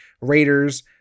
Raiders